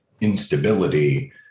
instability